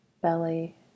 belly